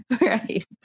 right